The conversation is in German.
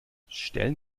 stellen